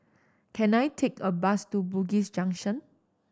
can I take a bus to Bugis Junction